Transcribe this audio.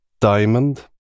diamond